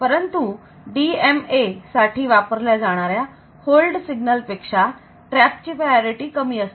परंतु DMA साठी वापरल्या जाणाऱ्या होल्ड सिग्नल पेक्षा TRAP चे प्राधान्य कमी असते